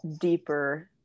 deeper